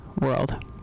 world